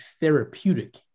therapeutic